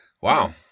Wow